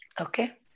Okay